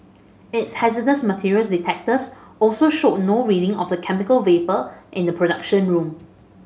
its hazardous materials detectors also showed no reading of the chemical vapour in the production room